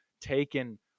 taken